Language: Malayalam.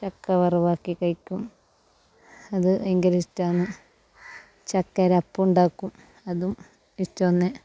ചക്ക വറവാക്കി കഴിക്കും അത് ഭയങ്കര ഇഷ്ട്ടാന്ന് ചക്കേൽ അപ്പം ഉണ്ടാക്കും അതും ഇഷ്ട്ടമാണ്